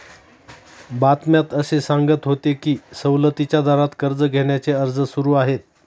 बातम्यात असे सांगत होते की सवलतीच्या दरात कर्ज घेण्याचे अर्ज सुरू आहेत